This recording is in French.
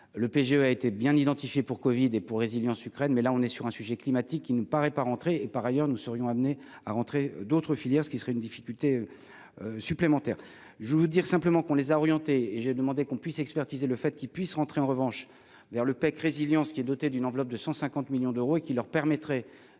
le PGE a été bien identifiée pour Covid et pour résilience Ukraine mais là on est sur un sujet climatique qui ne paraît pas rentrer et, par ailleurs, nous serions amenés à rentrer d'autres filières, ce qui serait une difficulté supplémentaire, je veux dire simplement qu'on les a orientés et j'ai demandé qu'on puisse expertiser le fait qu'il puisse rentrer en revanche vers Le Pecq résilience qui est doté d'une enveloppe de 150 millions d'euros et qui leur permettrait